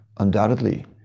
Undoubtedly